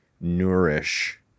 nourish